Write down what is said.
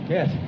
Yes